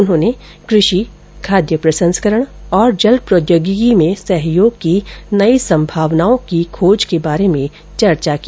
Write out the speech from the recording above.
उन्होंने कृषि खाद्य प्रसंस्करण और जल प्रौद्योगिकी में सहयोग की नई संभावनाओं की खोज के बारे में चर्चा की